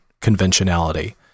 conventionality